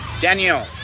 Daniel